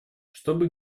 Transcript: чтобы